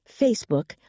Facebook